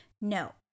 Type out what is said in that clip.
No